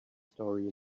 story